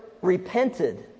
...repented